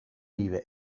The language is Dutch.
nieuwe